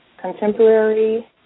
contemporary